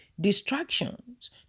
distractions